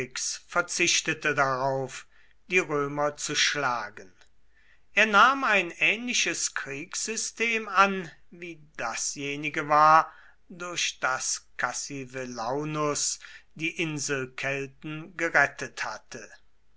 verzichtete darauf die römer zu schlagen er nahm ein ähnliches kriegssystem an wie dasjenige war durch das cassivellaunus die inselkelten gerettet hatte